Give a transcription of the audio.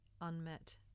unmet